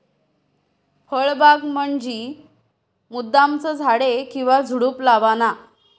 फळबाग म्हंजी मुद्दामचं झाडे किंवा झुडुप लावाना